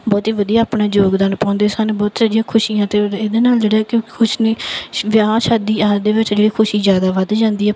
ਬਹੁਤ ਹੀ ਵਧੀਆ ਆਪਣਾ ਯੋਗਦਾਨ ਪਾਉਂਦੇ ਸਨ ਬਹੁਤ ਸਾਰੀਆਂ ਖੁਸ਼ੀਆਂ ਅਤੇ ਉਹ ਇਹਦੇ ਨਾਲ ਜਿਹੜੇ ਕਿ ਖੁਸ਼ ਨੇ ਵਿਆਹ ਸ਼ਾਦੀ ਆਦਿ ਦੇ ਵਿੱਚ ਜਿਹੜੀ ਖੁਸ਼ੀ ਜ਼ਿਆਦਾ ਵਧ ਜਾਂਦੀ ਹੈ